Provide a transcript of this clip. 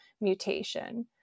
mutation